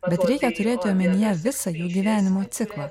bet reikia turėti omenyje visą jų gyvenimo ciklą